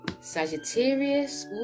Sagittarius